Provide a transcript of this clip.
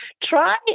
try